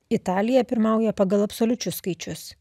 italija pirmauja pagal absoliučius skaičius